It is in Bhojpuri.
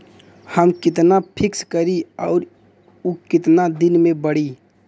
हम कितना फिक्स करी और ऊ कितना दिन में बड़ी?